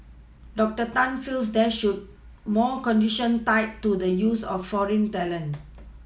doctor Tan feels there should more conditions tied to the use of foreign talent